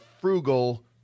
frugal